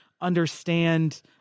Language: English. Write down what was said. understand